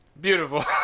beautiful